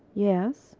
yes.